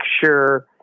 sure